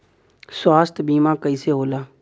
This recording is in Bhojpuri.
स्वास्थ्य बीमा कईसे होला?